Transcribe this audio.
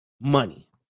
money